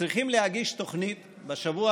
צריכים להגיש תוכנית בשבוע